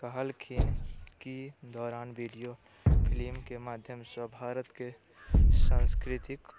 कहलखिन की दौरान वीडियो फिल्मके माध्यमसँ भारतके सांस्कृतिक